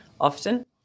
often